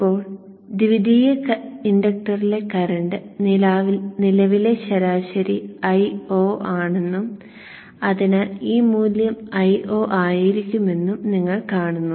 ഇപ്പോൾ ദ്വിതീയ ഇൻഡക്ടറിലെ കറന്റ് നിലവിലെ ശരാശരി Io ആണെന്നും അതിനാൽ ഈ മൂല്യം Io ആയിരിക്കുമെന്നും നിങ്ങൾ കാണുന്നു